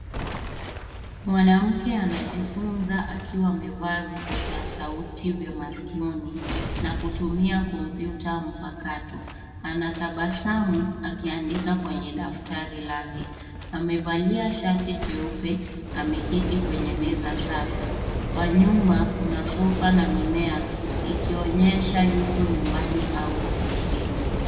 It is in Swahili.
Mwanamke anajifunza akiwa amevaa vipokea sauti vya masikioni na kutumia kompyuta mpakato. Anatabasamu akiandika kwenye daftari lake. Amevalia shati jeupe. Ameketi kwenye meza safi. Kwa nyuma, kuna sofa na mimea ikionyesha yuko nyumbani au ofisini.